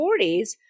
40s